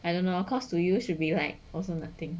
I don't know cause to you will be like also nothing